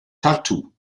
tartu